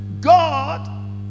God